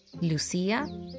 Lucia